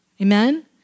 amen